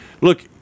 look